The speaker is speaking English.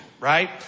right